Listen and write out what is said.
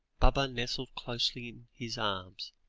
baba nestled closely in his arms,